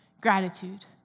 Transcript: gratitude